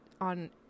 on